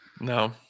No